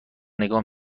نگاه